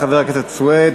תודה, חבר הכנסת סוייד.